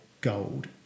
gold